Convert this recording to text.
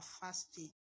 fasting